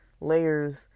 layers